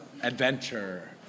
adventure